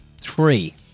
three